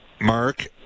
Mark